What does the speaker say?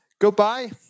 Goodbye